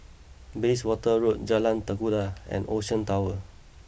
Bayswater Road Jalan Tekukor and Ocean Towers